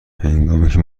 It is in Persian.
هنگامیکه